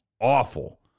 awful